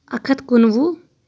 اکھ ہَتھ کُنہٕ وُہ